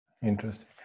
Interesting